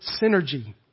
synergy